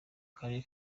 karere